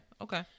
Okay